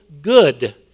good